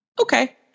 Okay